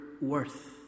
worth